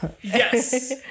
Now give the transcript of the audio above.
yes